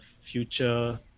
future